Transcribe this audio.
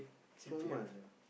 so much ah